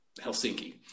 Helsinki